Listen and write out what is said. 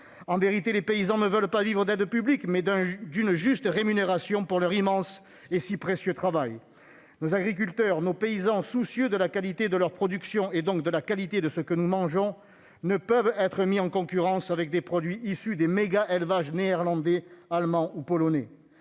En vérité, les paysans veulent vivre non pas d'aides publiques, mais d'une juste rémunération pour leur immense et si précieux travail. Nos agriculteurs, nos paysans, soucieux de la qualité de leur production, donc de la qualité de ce que nous mangeons, ne peuvent être mis en concurrence avec des produits issus des méga-élevages néerlandais, allemands ou polonais.